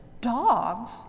Dogs